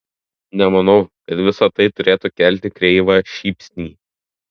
nemanau kad visa tai turėtų kelti kreivą šypsnį